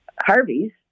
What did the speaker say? Harvey's